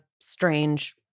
strange